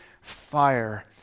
fire